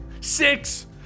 Six